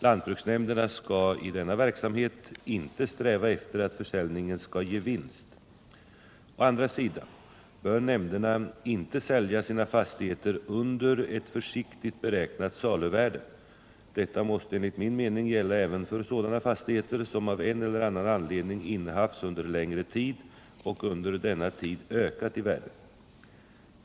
Lantbruksnämnderna skall i denna verksamhet inte sträva efter att försäljningen skall ge vinst. Å andra sidan bör nämnderna inte sälja sina fastigheter under ett försiktigt beräknat saluvärde. Detta måste enligt min mening gälla även för sådana fastigheter som av en eller annan anledning innehafts under längre tid och under denna tid ökat i värde.